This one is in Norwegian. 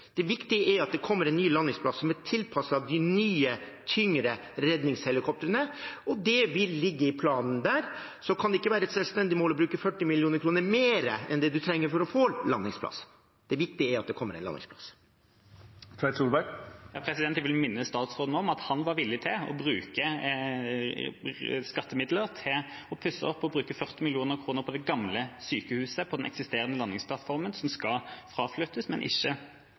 Det viktige er at det kommer en ny landingsplass som er tilpasset de nye, tyngre redningshelikoptrene, og det vil ligge i planen der. Det kan ikke være et selvstendig mål å bruke 40 mill. kr mer enn det man trenger for å få landingsplass; det viktige er at det kommer en landingsplass. Jeg vil minne statsråden om at han var villig til å bruke skattemidler til å pusse opp og bruke 40 mill. kr på det gamle sykehuset, på den eksisterende landingsplattformen, som skulle fraflyttes, men ikke